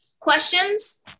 questions